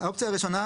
האופציה הראשונה